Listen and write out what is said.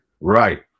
Right